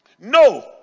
No